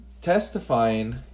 testifying